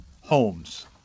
homes